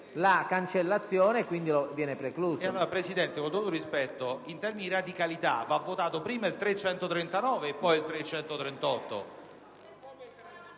la cancellazione, dunque viene precluso.